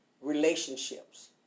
relationships